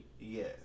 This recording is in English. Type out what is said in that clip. yes